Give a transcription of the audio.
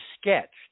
sketched